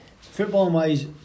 football-wise